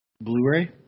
Blu-ray